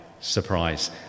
Surprise